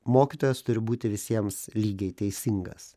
mokytojas turi būti visiems lygiai teisingas